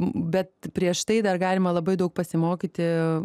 bet prieš tai dar galima labai daug pasimokyti